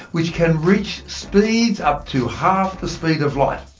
which can reach speeds up to half the speed of light?